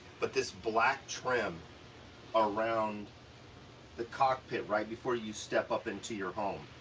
but this black trim around the cockpit right before you step up into your home.